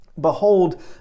Behold